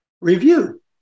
review